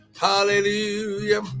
Hallelujah